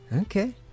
okay